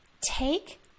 Take